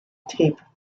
tape